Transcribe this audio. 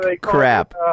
crap